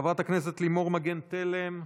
חברת הכנסת לימור מגן תלם,